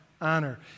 honor